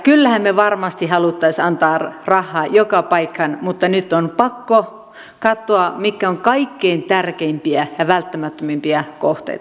kyllähän me varmasti haluaisimme antaa rahaa joka paikkaan mutta nyt on pakko katsoa mitkä ovat kaikkein tärkeimpiä ja välttämättömimpiä kohteita